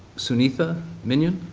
sunitha minion,